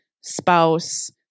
spouse